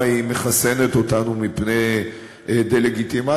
היא מחסנת אותנו מפני דה-לגיטימציה,